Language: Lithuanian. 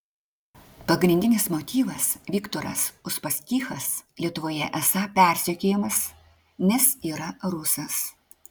pagrindinis motyvas viktoras uspaskichas lietuvoje esą persekiojamas nes yra rusas